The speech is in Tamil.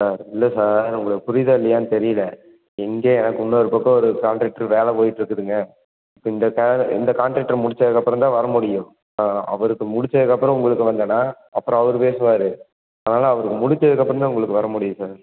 சார் இல்லை சார் உங்களுக்கு புரியுதா இல்லையான்னு தெரியல இங்கே எனக்கு இன்னொருப் பக்கம் ஒரு காண்ட்ராக்ட் வேலை போயிட்டுருக்குதுங்க இப்போ இந்த கா இந்த காண்ட்ராக்ட்டை முடிச்சதுக்கப்பறம்தான் வரமுடியும் ஆ அவருக்கு முடிச்சதுக்கப்புறம் உங்களுக்கு வந்தேன்னா அப்புறம் அவர் பேசுவார் அதனால் அவருக்கு முடிச்சதுக்கப்பறம்தான் உங்களுக்கு வர முடியும் சார்